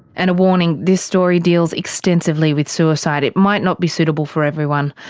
and a warning, this story deals extensively with suicide. it might not be suitable for everyone.